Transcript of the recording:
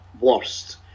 worst